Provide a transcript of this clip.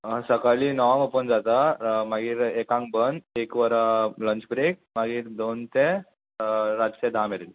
आं सकालीं णवांक ओपन जाता मागीर एकांक बंद एक वर लंच ब्रेक मागीर दोन ते रातचे धा मेरेन